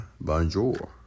bonjour